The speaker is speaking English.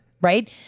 right